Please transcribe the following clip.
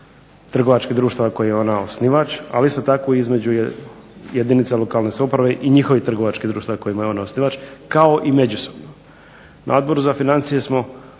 Na Odboru za financije smo